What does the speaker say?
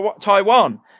Taiwan